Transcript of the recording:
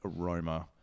aroma